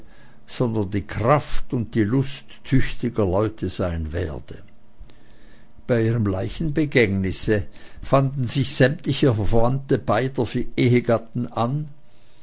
sondern die kraft und die lust tüchtiger leute sein werde bei ihrem leichenbegängnisse fanden sich sämtliche verwandte beider ehegatten ein